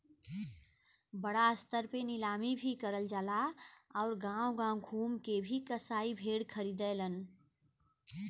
बड़ा स्तर पे नीलामी भी करल जाला आउर गांव गांव घूम के भी कसाई भेड़ खरीदलन